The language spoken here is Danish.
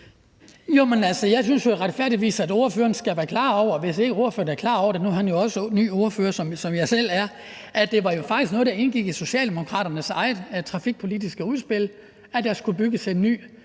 er han jo også ny ordfører, som jeg selv er – at det faktisk var noget, der indgik i Socialdemokraternes eget trafikpolitiske udspil, at der skulle bygges en ny